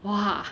!wah!